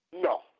No